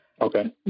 Okay